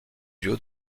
duo